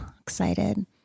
Excited